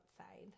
outside